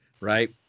right